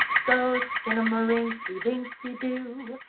so skinnamarink-a-dinky-doo.